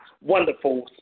wonderful